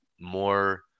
more